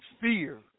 fear